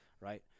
right